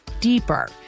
deeper